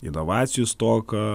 inovacijų stoką